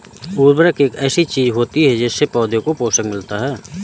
उर्वरक एक ऐसी चीज होती है जिससे पौधों को पोषण मिलता है